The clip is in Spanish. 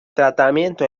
tratamiento